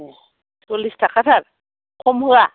ए सल्लिस थाखाथार खम होआ